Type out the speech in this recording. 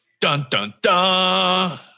Dun-dun-dun